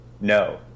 no